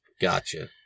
Gotcha